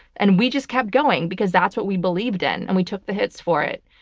and we just kept going because that's what we believed in and we took the hits for it.